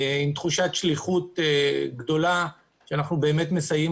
עם תחושת שליחות גדולה שאנחנו באמת מסייעים